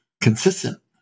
consistent